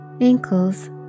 ankles